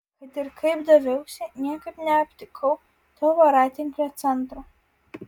kad ir kaip daviausi niekaip neaptikau to voratinklio centro